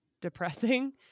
depressing